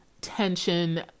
tension